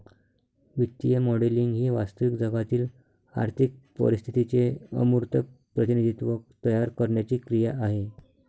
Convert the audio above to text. वित्तीय मॉडेलिंग ही वास्तविक जगातील आर्थिक परिस्थितीचे अमूर्त प्रतिनिधित्व तयार करण्याची क्रिया आहे